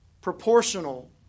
proportional